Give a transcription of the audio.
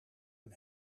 een